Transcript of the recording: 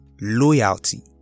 loyalty